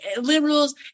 liberals